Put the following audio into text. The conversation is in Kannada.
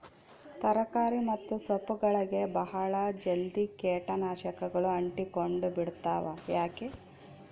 ತರಕಾರಿ ಮತ್ತು ಸೊಪ್ಪುಗಳಗೆ ಬಹಳ ಜಲ್ದಿ ಕೇಟ ನಾಶಕಗಳು ಅಂಟಿಕೊಂಡ ಬಿಡ್ತವಾ ಯಾಕೆ?